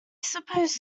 suppose